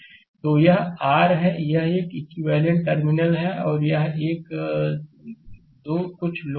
तो यह r है यह एक इक्विवेलेंट टर्मिनल 1 और 2 है कुछ लोड है